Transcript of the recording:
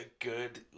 good